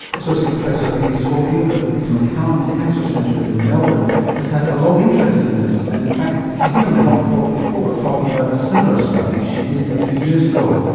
associate professor penny schofield at the peter maccallum cancer centre in melbourne has had a long interest in this and in fact she's been on the health report before, talking about a similar study she did a few years ago.